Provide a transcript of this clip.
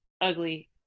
ugly